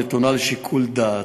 הנתונה לשיקול דעת.